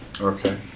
Okay